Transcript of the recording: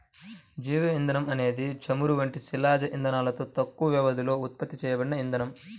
జీవ ఇంధనం అనేది చమురు వంటి శిలాజ ఇంధనాలలో తక్కువ వ్యవధిలో ఉత్పత్తి చేయబడిన ఇంధనం